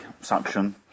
suction